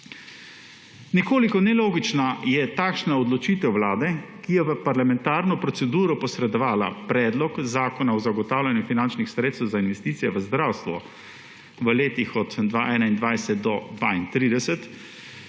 Nekoliko nelogična je takšna odločitev Vlade, ki je v parlamentarno proceduro posredovala Predlog zakona o zagotavljanju sredstev za investicije v slovensko zdravstvo v letih od 2021 do 2032,